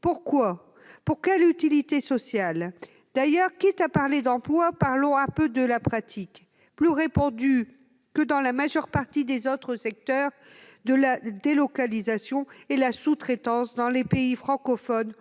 Pour quoi ? Pour quelle utilité sociale ? D'ailleurs, quitte à parler d'emplois, parlons un peu de la pratique, plus répandue que dans la majorité des autres secteurs économiques, de la délocalisation et de la sous-traitance dans des pays francophones